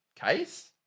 case